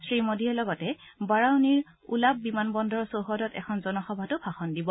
শ্ৰী মোডীয়ে লগতে বাৰাউনীৰ উলাৱ বিমান বন্দৰ চৌহদত এখন জনসভাতো ভাষণ দিব